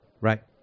right